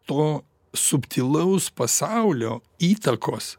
to subtilaus pasaulio įtakos